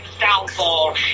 downfall